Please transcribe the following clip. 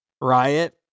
riot